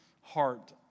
heart